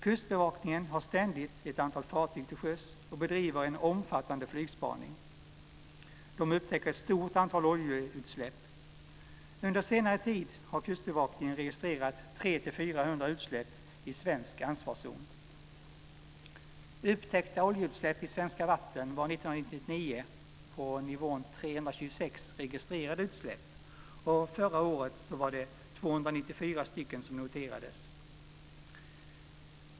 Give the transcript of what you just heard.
Kustbevakningen har ständigt ett antal fartyg till sjöss och bedriver en omfattande flygspaning. De upptäcker ett stort antal oljeutsläpp. Under senare tid har Kustbevakningen registrerat 300-400 utsläpp i svensk ansvarszon. Antalet upptäckta oljeutsläpp i svenska vatten var 1999 på nivån 326 registrerade utsläpp, och förra året noterades 294 stycken.